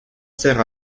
sert